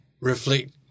reflect